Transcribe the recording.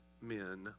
men